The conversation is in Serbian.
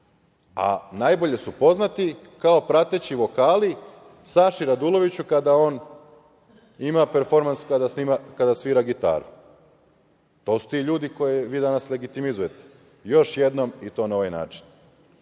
A najbolje su poznati kao prateći vokali Saši Raduloviću kada on ima performans kada svira gitaru. To su ti ljudi koje vi danas legitimizujete, još jednom i to na ovaj